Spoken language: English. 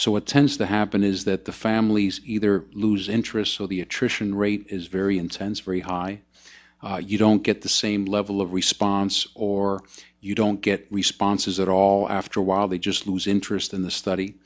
so it tends to happen is that the families either lose interest so the attrition rate is very intense very high you don't get the same level of response or you don't get responses at all after a while they just lose interest in the study